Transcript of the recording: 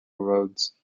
roads